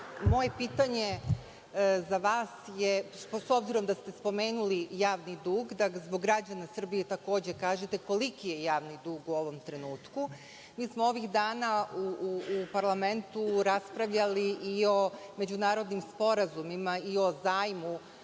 moje pitanje za vas je, s obzirom da stespomenuli javni dug da zbog građana Srbije takođe kažete koliki je javni dug u ovom trenutku? Mi smo ovih dana u parlamentu raspravljali i o međunarodnim sporazumima i o zajmu